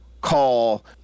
call